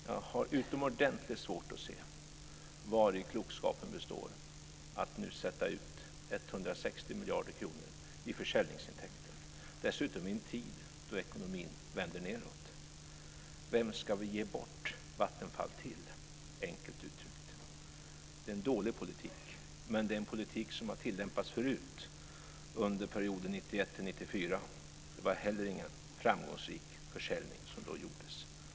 Jag har utomordentligt svårt att se vari klokskapen består i att nu sätta ut 160 miljarder kronor i försäljningsintäkter, dessutom i en tid då ekonomin vänder nedåt. Vem ska vi, enkelt utryckt, ge bort Vattenfall till? Det är en dålig politik. Det är en politik som har tillämpats förut, under perioden 1991-1994. Det var ingen framgångsrik försäljning som gjordes då heller.